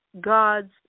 god's